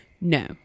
No